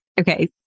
Okay